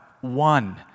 one